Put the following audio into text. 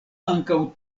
ankaŭ